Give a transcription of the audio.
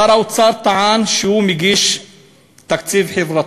שר האוצר טען שהוא מגיש תקציב חברתי.